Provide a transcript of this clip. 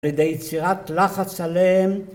‫על ידי יצירת לחץ עליהם.